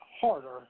harder